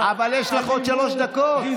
אבל יש לך עוד שלוש דקות.